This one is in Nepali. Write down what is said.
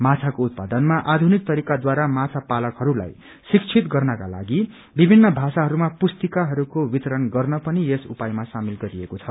माछको उत्पादनमा आषुनिक तरीकाद्वारा माछा पालकहरूलाई शिक्षित गर्नकालागि विभिन्न भाषाहरूमा पुस्तिकाहरूको वितरण गर्न पनि यस उपायमा शामेल गरिएको छ